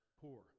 poor